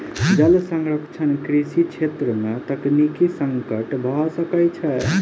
जल संरक्षण कृषि छेत्र में तकनीकी संकट भ सकै छै